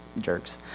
Jerks